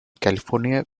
california